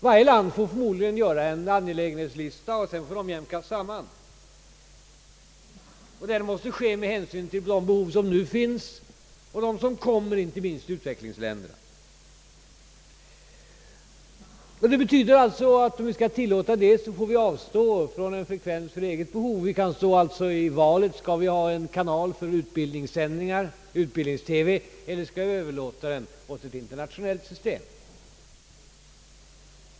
Varje land får förmodligen göra en angelägenhetslista och sedan får det jämkas samman. Det måste ske med hänsyn till de behov som finns och de som kommer, inte minst i utvecklingsländerna. Om vi skall ta hänsyn till deras behov måste vi kanske avstå från en frekvens för eget behov. Vi kan stå inför valet om vi skall ha en kanal för utbildningssändningar eller om vi skall överlåta den åt ett internationellt system.